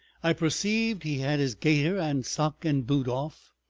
i perceived he had his gaiter and sock and boot off,